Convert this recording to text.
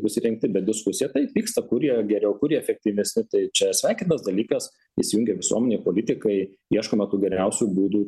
bus įrengti bet diskusija taip vyksta kur jie geriau kur jie efektyvesni tai čia sveikintinas dalykas įsijungia visuomenė politikai ieškoma tų geriausių būdų